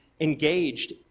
engaged